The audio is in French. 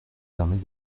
permet